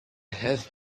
have